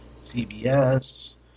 CBS